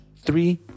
three